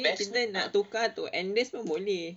and kita nak tukar to andes pun boleh